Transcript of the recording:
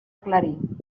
aclarir